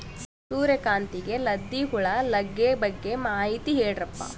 ಸೂರ್ಯಕಾಂತಿಗೆ ಲದ್ದಿ ಹುಳ ಲಗ್ಗೆ ಬಗ್ಗೆ ಮಾಹಿತಿ ಹೇಳರಪ್ಪ?